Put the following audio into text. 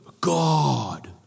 God